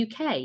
UK